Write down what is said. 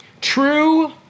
True